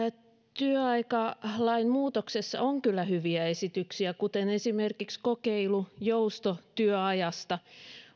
työaikalain muutoksessa on kyllä hyviä esityksiä kuten esimerkiksi kokeilu joustotyöajasta